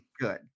good